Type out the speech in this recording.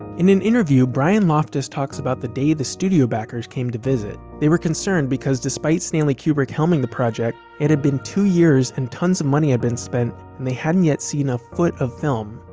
in an interview, bryan loftus talks about the day the studio backers came to visit. they were concerned because, despite stanley kubrick helming the project, it had been two years and tons of money had been spent and they hadn't yet seen a foot of film.